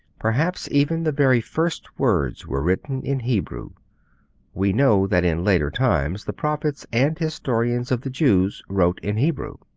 perhaps even the very first words were written in hebrew we know that in later times the prophets and historians of the jews wrote in hebrew.